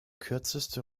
kürzeste